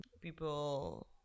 people